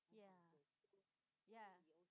ya ya